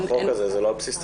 בחוק הזה זה לא על בסיס תסקיר.